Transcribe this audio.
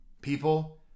people